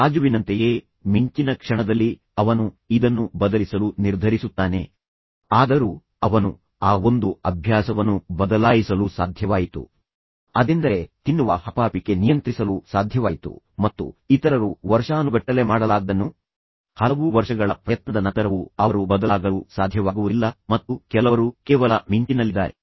ರಾಜುವಿನಂತೆಯೇ ಮಿಂಚಿನ ಕ್ಷಣದಲ್ಲಿ ಅವನು ಇದನ್ನು ಬದಲಿಸಲು ನಿರ್ಧರಿಸುತ್ತಾನೆ ಆದರೂ ಅವನು ಆ ಒಂದು ಅಭ್ಯಾಸವನ್ನು ಬದಲಾಯಿಸಲು ಸಾಧ್ಯವಾಯಿತು ಅದೆಂದರೆ ತಿನ್ನುವ ಹಪಹಪಿಕೆ ನಿಯಂತ್ರಿಸಲು ಸಾಧ್ಯವಾಯಿತು ಮತ್ತು ಇತರರು ವರ್ಷಾನುಗಟ್ಟಲೆ ಮಾಡಲಾಗದ್ದನ್ನು ಹಲವು ವರ್ಷಗಳ ಪ್ರಯತ್ನದ ನಂತರವೂ ಅವರು ಬದಲಾಗಲು ಸಾಧ್ಯವಾಗುವುದಿಲ್ಲ ಮತ್ತು ಕೆಲವರು ಕೇವಲ ಮಿಂಚಿನಲ್ಲಿದ್ದಾರೆ